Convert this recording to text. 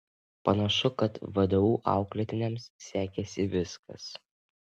panašu kad vdu auklėtiniams sekėsi viskas